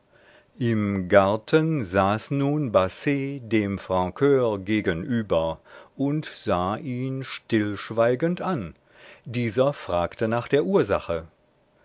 im garten saß nun basset dem francur gegenüber und sah ihn stillschweigend an dieser fragte nach der ursache